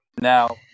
Now